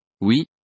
Oui